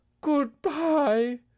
Goodbye